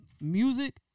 music